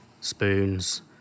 spoons